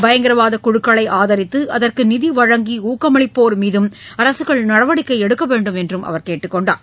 பயங்கரவாத குழுக்களை ஆதரித்து அதற்கு நிதி வழங்கி ஊக்கமளிப்போர் மீதும் அரசுகள் நடவடிக்கை எடுக்க வேண்டும் என்று அவர் கேட்டுக் கொண்டார்